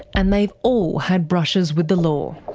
and they've all had brushes with the law.